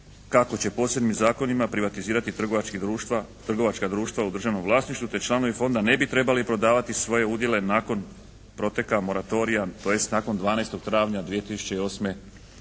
kako će posebnim zakonima privatizirati trgovačka društva u državnom vlasništvu te članovi Fonda ne bi trebali prodavati svoje udjele nakon proteka moratorija, tj. nakon 12. travnja 2008. godine.